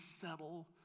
settle